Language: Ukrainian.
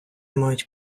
мають